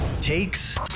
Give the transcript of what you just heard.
takes